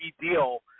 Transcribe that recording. deal